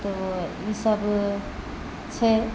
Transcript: तो ई सब छै